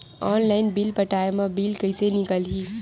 Online bill पटाय मा bill कइसे निकलही?